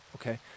okay